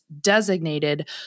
designated